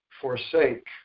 Forsake